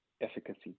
efficacy